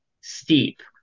Steep